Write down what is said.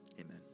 Amen